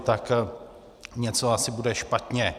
Tak něco asi bude špatně.